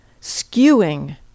skewing